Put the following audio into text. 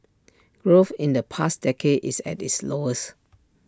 growth in the past decade is at its lowest